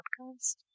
podcast